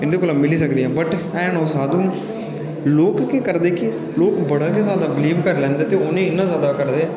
एह्दे कोला मिली सकदियां बट है'न ओह् साधु लोक केह् करदे कि लोक बड़ा गै जादा बिलीव करी लैंदे ते उ'नेईं इ'न्ना जादा करदे